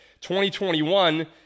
2021